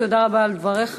תודה רבה על דבריך.